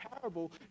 parable